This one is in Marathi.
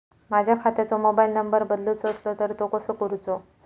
माझ्या खात्याचो मोबाईल नंबर बदलुचो असलो तर तो कसो करूचो?